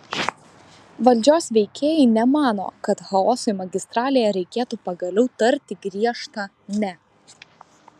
valdžios veikėjai nemano kad chaosui magistralėje reikėtų pagaliau tarti griežtą ne